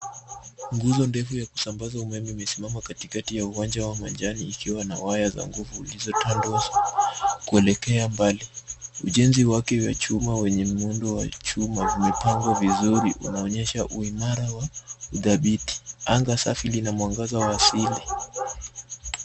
Nguzo ndefu ya kusambaza umeme imesimama katikati ya uwanja wa majani, ikiwa na waya za nguvu zilizotandazwa kuelekea mbali. Ujenzi wake wa chuma wenye muundo wa chuma umepangwa vizuri unaonyesha uimara na udhabiti. Anga safi lina mwangaza wa asili.